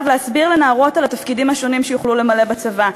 להסביר לנערות על התפקידים השונים שיוכלו למלא בצבא,